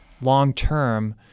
long-term